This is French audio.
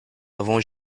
avons